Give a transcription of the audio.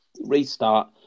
restart